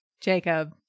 Jacob